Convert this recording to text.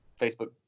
Facebook